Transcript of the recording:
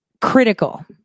critical